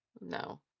No